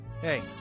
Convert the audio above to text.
Hey